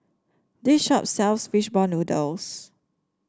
this shop sells fish ball noodles